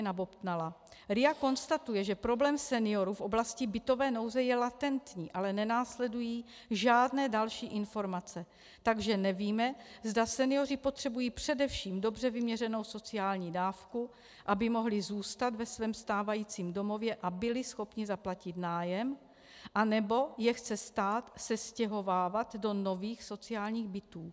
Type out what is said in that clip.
RIA konstatuje, že problém seniorů v oblasti bytové nouze je latentní, ale nenásledují žádné další informace, takže nevíme, zda senioři potřebují především dobře vyměřenou sociální dávku, aby mohli zůstat ve svém stávajícím domově a byli schopni zaplatit nájem, anebo je chce stát sestěhovávat do nových sociálních bytů.